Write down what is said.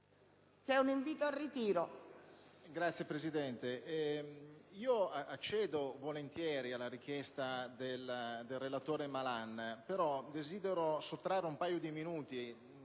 c'è un invito al ritiro